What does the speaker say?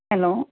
hello